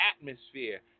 atmosphere